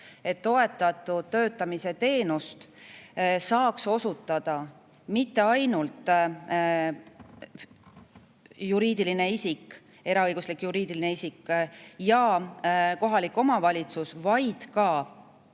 et toetatud töötamise teenust saaks osutada mitte ainult juriidiline isik, eraõiguslik juriidiline isik, ja kohalik omavalitsus, vaid